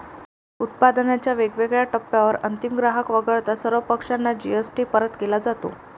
उत्पादनाच्या वेगवेगळ्या टप्प्यांवर अंतिम ग्राहक वगळता सर्व पक्षांना जी.एस.टी परत केला जातो